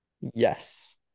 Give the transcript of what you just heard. Yes